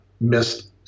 missed